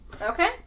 Okay